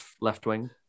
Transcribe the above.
left-wing